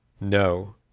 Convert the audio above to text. No